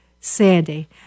sandy